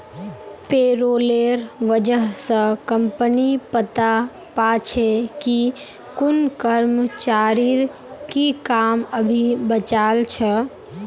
पेरोलेर वजह स कम्पनी पता पा छे कि कुन कर्मचारीर की काम अभी बचाल छ